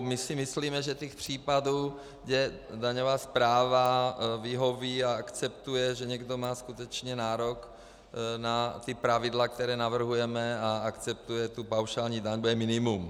My si myslíme, že těch případů, kde daňová správa vyhoví a akceptuje, že někdo má skutečně nárok na ta pravidla, která navrhujeme, a akceptuje tu paušální daň, bude minimum.